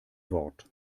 wort